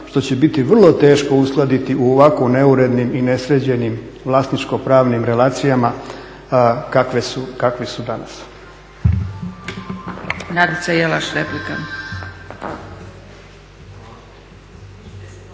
što će biti vrlo teško uskladiti u ovako neurednim i nesređenim vlasničko-pravnim relacijama kakvi su danas.